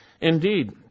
Indeed